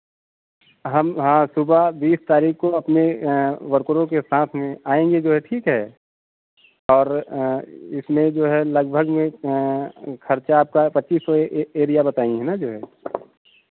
हम हाँ सुबह बीस तारीख को अपने वर्करों के साथ में आएंगे जो है ठीक है और इसमें जो है लगभग एक खर्चा आपका पच्चीस सौ एक एरिया बताई हैं ना जो है